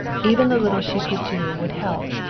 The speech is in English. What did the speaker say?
even the little she could do would help.